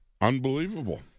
Unbelievable